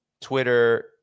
Twitter